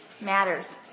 matters